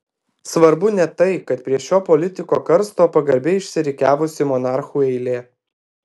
svarbu ne tai kad prie šio politiko karsto pagarbiai išsirikiavusi monarchų eilė